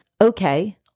okay